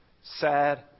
sad